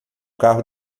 carro